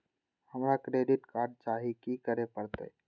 हमरा credit card चाही की करे परतै?